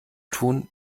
tun